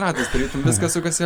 ratas tarytum viskas sukasi